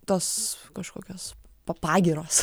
tos kažkokios pa pagyros